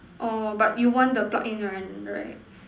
orh but you want the plug in one right